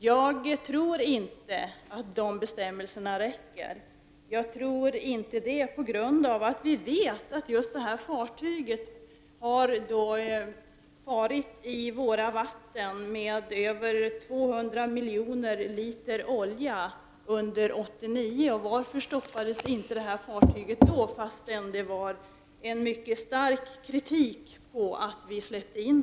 Jag tror inte att de bestämmelserna räcker. Vi vet att detta fartyg har färdats i våra vatten med över 200 miljoner liter olja under år 1989. Varför stoppades inte detta fartyg trots att det fanns mycket stark kritik mot att vi släppte in fartyget?